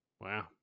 Wow